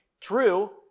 True